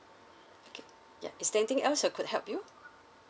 okay ya is there anything else I could help you